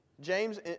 James